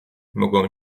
mogą